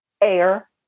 air